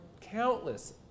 countless